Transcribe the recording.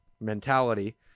mentality